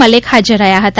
મલેક હાજર રહ્યા હતા